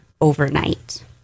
overnight